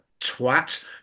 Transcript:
twat